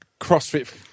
CrossFit